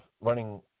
running –